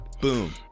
Boom